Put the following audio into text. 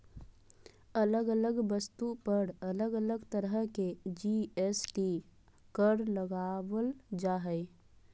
अलग अलग वस्तु पर अलग अलग तरह के जी.एस.टी कर लगावल जा हय